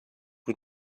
who